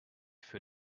für